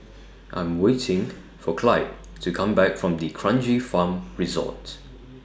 I'm waiting For Clyde to Come Back from D'Kranji Farm Resort